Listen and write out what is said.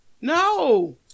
No